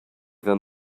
than